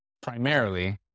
primarily